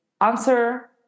answer